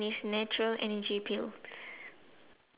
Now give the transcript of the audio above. ya and then there's a dog